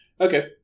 Okay